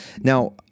Now